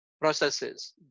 processes